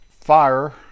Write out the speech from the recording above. fire